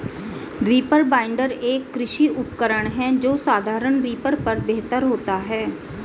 reaper binder, एक कृषि उपकरण है जो साधारण रीपर पर बेहतर होता है